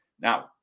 Now